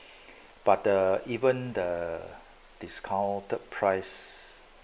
but uh even the discounted price